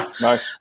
nice